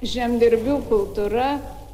žemdirbių kultūra